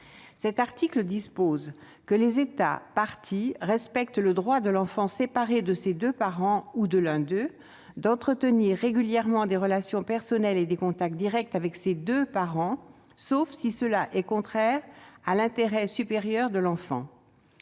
cet article dispose :« Les États parties respectent le droit de l'enfant séparé de ses deux parents ou de l'un d'eux d'entretenir régulièrement des relations personnelles et des contacts directs avec ses deux parents, sauf si cela est contraire à l'intérêt supérieur de l'enfant.